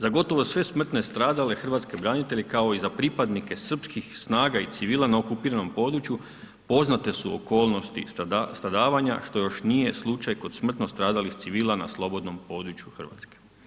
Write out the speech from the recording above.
Za gotovo sve smrtne stradale hrvatske branitelje kao i za pripadnike srpskih snaga i civila na okupiranom području poznate su okolnosti stradavanja što još nije slučaj kod smrtno stradalih civila na slobodnom području Hrvatske.